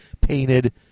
painted